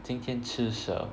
今天吃蛇